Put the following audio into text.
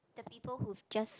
the people who've just